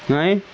آئیں